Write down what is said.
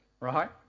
right